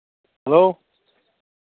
hello